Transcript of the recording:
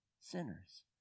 sinners